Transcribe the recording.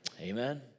Amen